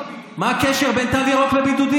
למה בידודים, מה קשר בין תו ירוק לבידודים?